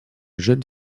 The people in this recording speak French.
jeune